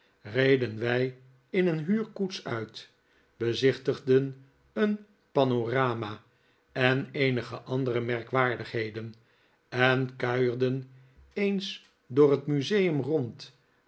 reden wij in een huurkoets uit bezichtigden een panorama en eenige andere merkwaardigheden en kuierden eens door het museum rond